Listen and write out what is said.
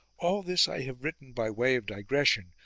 all this i have written by way of digression,